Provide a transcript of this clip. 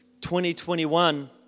2021